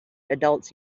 adults